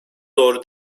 doğru